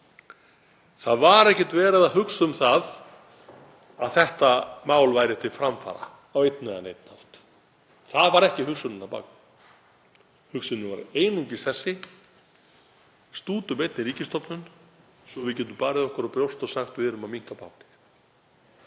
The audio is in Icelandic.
Það var ekkert verið að hugsa um að þetta mál væri til framfara á einn eða neinn hátt. Það var ekki hugsunin á bak við það. Hugsunin var einungis þessi: Stútum einni ríkisstofnun svo að við getum barið okkur á brjóst og sagt: Við erum að minnka báknið.